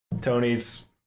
Tony's